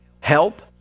help